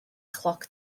chloc